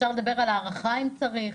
אפשר לדבר על הארכה אם צריך,